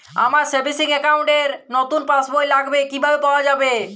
আমার savings account র নতুন পাসবই লাগবে কিভাবে পাওয়া যাবে?